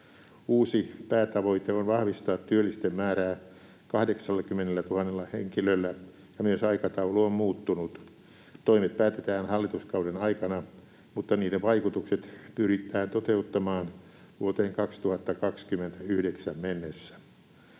Uusi päätavoite on vahvistaa työllisten määrää 80 000 henkilöllä, ja myös aikataulu on muuttunut. Toimet päätetään hallituskauden aikana, mutta niiden vaikutukset pyritään toteuttamaan vuoteen 2029 mennessä.